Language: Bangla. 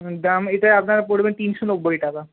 দাম এটার আপনার পড়বে তিনশো নব্বই টাকা